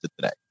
today